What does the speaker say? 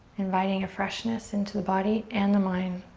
inviting a freshness into the body and the mind.